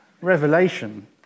Revelation